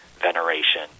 veneration